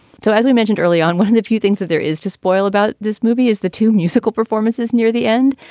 so as we mentioned early on, one of the few things that there is to spoil about this movie is the two musical performances near the end.